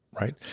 Right